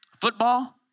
Football